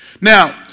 Now